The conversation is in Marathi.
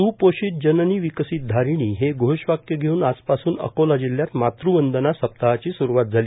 सुपोषित जननी विकसित धारिणी हे घोषवाक्य घेऊन आजपासून अकोला जिल्ह्यात मातृवंदना सप्ताहची स्रुवात झाली